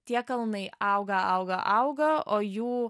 tie kalnai auga auga auga o jų